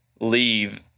leave